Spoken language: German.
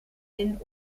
den